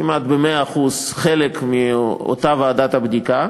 כמעט ב-100%, חלק מאותה ועדת בדיקה.